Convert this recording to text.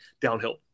downhill